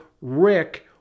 Rick